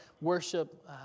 worship